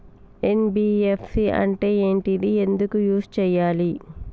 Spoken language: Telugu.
ఎన్.బి.ఎఫ్.సి అంటే ఏంటిది ఎందుకు యూజ్ చేయాలి?